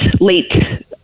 late